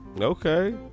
Okay